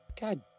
God